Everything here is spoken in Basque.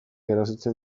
erasotzen